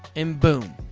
and boom!